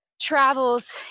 travels